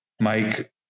Mike